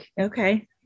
okay